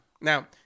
now